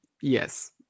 Yes